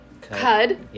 Cud